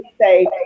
say